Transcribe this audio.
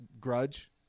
grudge